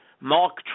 Mark